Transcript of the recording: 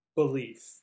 Belief